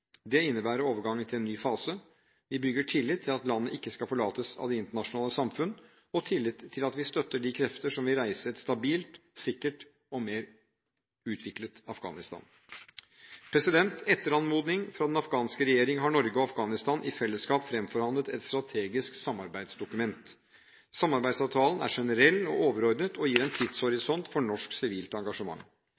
Det innebærer overgangen til en ny fase. Vi bygger tillit til at landet ikke skal forlates av det internasjonale samfunn, og tillit til at vi støtter de krefter som vil reise et stabilt, sikkert og mer utviklet Afghanistan. Etter anmodning fra den afghanske regjering har Norge og Afghanistan i fellesskap fremforhandlet et strategisk samarbeidsdokument. Samarbeidsavtalen er generell og overordnet og gir en